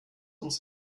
uns